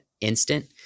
instant